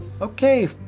Okay